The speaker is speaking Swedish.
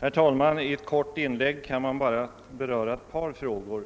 Herr talman! I ett kort inlägg kan man bara beröra ett par frågor.